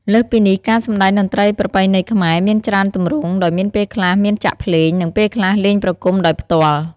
លើសពីនេះ ការសំដែងតន្រ្តីប្រពៃណីខ្មែរ មានច្រើនទម្រង់ដោយមានពេលខ្លះមានចាក់ភ្លេង និងពេលខ្លះលេងប្រគុំដោយផ្ទាល់។